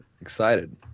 Excited